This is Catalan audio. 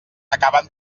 acaben